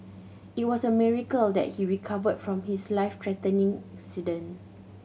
it was a miracle that he recovered from his life threatening